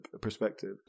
perspective